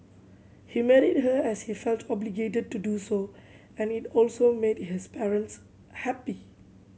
he married her as he felt obligated to do so and it also made his parents happy